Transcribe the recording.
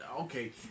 okay